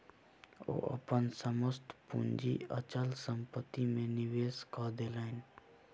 ओ अपन समस्त पूंजी अचल संपत्ति में निवेश कय देलैन